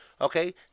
okay